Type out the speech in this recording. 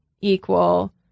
equal